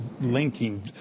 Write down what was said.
linking